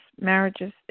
marriages